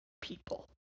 people